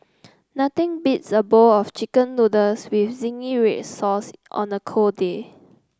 nothing beats a bowl of chicken noodles with zingy red sauce on a cold day